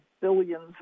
billions